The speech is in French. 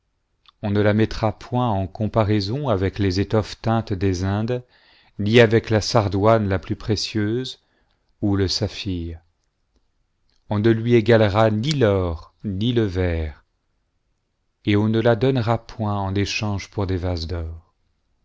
on ne peut acquérir la mettra point en comparaison avec les étoffes teintes des indes ni avec la sardoine la plus précieuse ou le saphir on ne lui égalera ni l'or ni lo verre et on ne la donnera point en écliange pour des